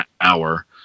hour